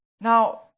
Now